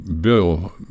bill